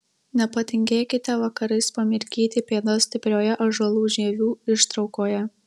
nepatingėkite vakarais pamirkyti pėdas stiprioje ąžuolų žievių ištraukoje